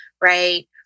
right